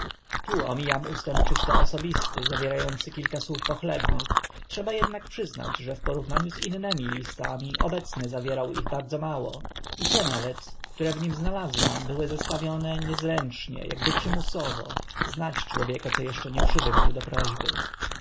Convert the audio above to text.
omijam ustęp czysto osobisty zawiera ący kilka słów pochlebnych trzeba ednak przyznać że w porównaniu z innymi listami obecny zawierał ich bardzo mało i te nawet które w nim znalazłam były zestawione niezręcznie akby przymusowo znać człowieka żebrak co eszcze nie przywykł do prośby